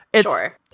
Sure